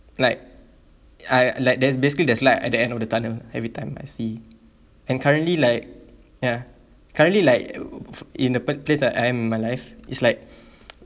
like I like there's basically there's light at the end of the tunnel every time I see and currently like ya currently like in the p~ place like I am in my life is like